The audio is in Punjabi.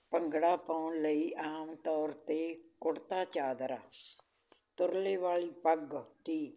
ਭੰਗੜਾ ਪਾਉਣ ਲਈ ਆਮ ਤੌਰ 'ਤੇ ਕੁੜਤਾ ਚਾਦਰਾ ਤੁਰਲੇ ਵਾਲੀ ਪੱਗ ਦੀ